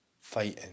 fighting